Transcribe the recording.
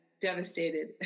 devastated